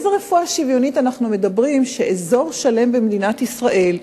על איזו רפואה שוויונית אנחנו מדברים כשאזור שלם במדינת ישראל,